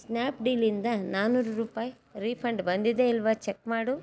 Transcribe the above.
ಸ್ನ್ಯಾಪ್ಡೀಲಿಂದ ನಾನೂರು ರೂಪಾಯಿ ರೀಫಂಡ್ ಬಂದಿದೆ ಇಲ್ವೋ ಚೆಕ್ ಮಾಡು